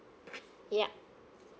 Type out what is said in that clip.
yup